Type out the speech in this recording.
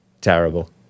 Terrible